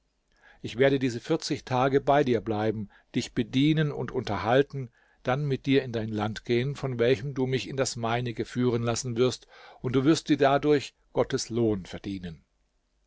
ich werde diese vierzig tage bei dir bleiben dich bedienen und unterhalten dann mit dir in dein land gehen von welchem du mich in das meinige führen lassen wirst und du wirst dir dadurch gottes lohn verdienen